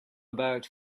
about